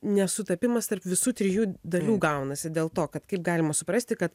nesutapimas tarp visų trijų dalių gaunasi dėl to kad kaip galima suprasti kad